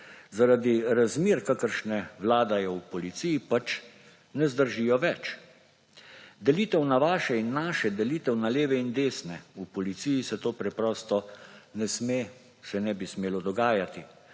Zaradi razmer, kakršne vladajo v policiji, pač ne zdržijo več. Delitev na vaše in naše, delitev na leve in desne – v policiji se to preprosto ne sme, se ne bi smelo dogajati.